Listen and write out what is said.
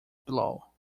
below